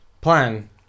plan